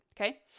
Okay